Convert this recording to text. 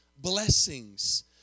blessings